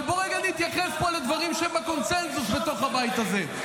אבל בוא רגע נתייחס פה לדברים שבקונסנזוס בתוך הבית הזה.